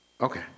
Okay